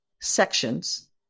sections